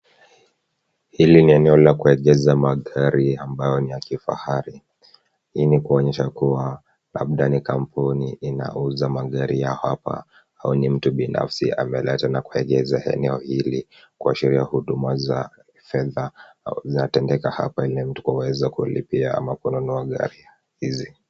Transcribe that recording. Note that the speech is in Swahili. Hili ni eneo la kuegesha magari ambayo ni ya kifahari. Hii ni kuonyesha kuwa, labda ni kampuni inauza magari hapa au ni mtu binafsi ameleta na kuegesha eneo hili kuashiria huduma za fedha zinatendeka hapa ili mtu kuweza kulipia ama kununua gari hizi.